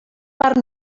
pare